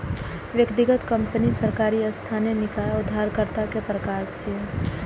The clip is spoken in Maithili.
व्यक्तिगत, कंपनी, सरकार आ स्थानीय निकाय उधारकर्ता के प्रकार छियै